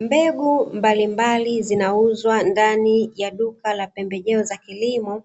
Mbegu mbalimbali zinauzwa ndani ya duka la pembejeo za kilimo